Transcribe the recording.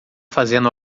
fazendo